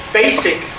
basic